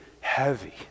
heavy